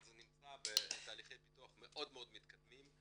אז זה נמצא בתהליכי פיתוח מאוד מאוד מתקדמים.